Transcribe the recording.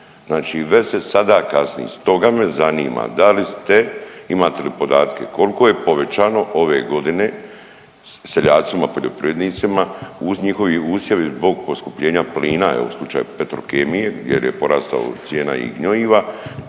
znači već se sada kasni. Stoga me zanima, da li ste, imate li podatke kolko je povećano ove godine seljacima poljoprivrednicima uz njihovi usjevi zbog poskupljena plina, evo u slučaju Petrokemije jer je porastao cijena i gnojiva